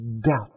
death